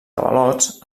avalots